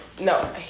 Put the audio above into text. No